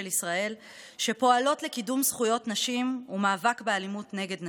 ישראל שפועלות לקידום זכויות נשים ומאבק באלימות נגד נשים.